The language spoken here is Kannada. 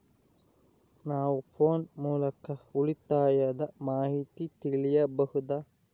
ನಾವು ಫೋನ್ ಮೂಲಕ ಉಳಿತಾಯದ ಮಾಹಿತಿ ತಿಳಿಯಬಹುದಾ?